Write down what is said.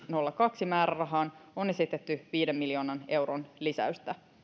nolla kaksi määrärahaan on esitetty viiden miljoonan euron lisäystä